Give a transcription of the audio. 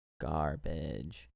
garbage